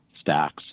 stacks